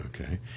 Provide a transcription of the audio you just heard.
Okay